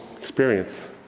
experience